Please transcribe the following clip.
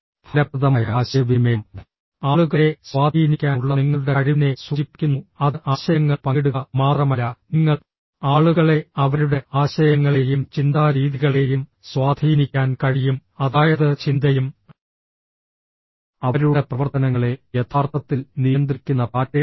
ഫലപ്രദമായ ആശയവിനിമയം ആളുകളെ സ്വാധീനിക്കാനുള്ള നിങ്ങളുടെ കഴിവിനെ സൂചിപ്പിക്കുന്നു അത് ആശയങ്ങൾ പങ്കിടുക മാത്രമല്ല നിങ്ങൾ ആളുകളെ അവരുടെ ആശയങ്ങളെയും ചിന്താ രീതികളെയും സ്വാധീനിക്കാൻ കഴിയും അതായത് ചിന്തയും അവരുടെ പ്രവർത്തനങ്ങളെ യഥാർത്ഥത്തിൽ നിയന്ത്രിക്കുന്ന പാറ്റേണുകൾ